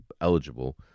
eligible